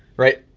right,